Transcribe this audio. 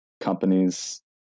companies